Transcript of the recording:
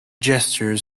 gesture